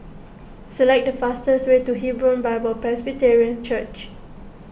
select the fastest way to Hebron Bible Presbyterian Church